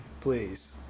please